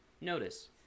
Notice